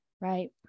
right